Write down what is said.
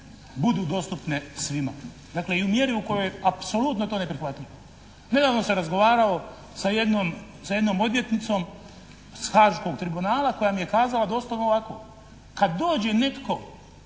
budu dostupne svima, dakle i u mjeri u kojoj je apsolutno to neprihvatljivo. Nedavno sam razgovarao sa jednom odvjetnicom s haaškog tribunala koja mi je kazala doslovno ovako: Kad dođe netko